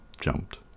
jumped